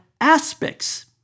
aspects